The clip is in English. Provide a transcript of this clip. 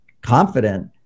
confident